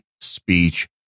speech